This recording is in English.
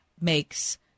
makes